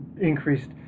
increased